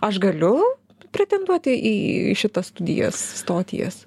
aš galiu pretenduoti į šitas studijas stoti į jas